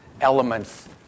elements